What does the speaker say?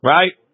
Right